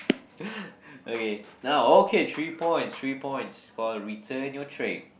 okay now okay three points three points for return your trays